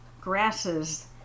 grasses